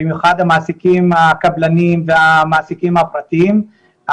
במיוחד המעסיקים הקבלנים והמעסיקים הפרטיים,